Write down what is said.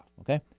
Okay